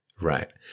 right